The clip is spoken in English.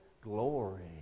glory